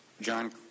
John